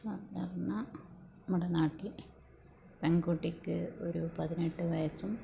സാധാരണ നമ്മുടെ നാട്ടിൽ പെൺകുട്ടിക്ക് ഒരു പതിനെട്ട് വയസ്സും